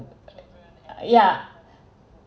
yeah